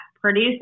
produce